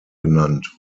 genannt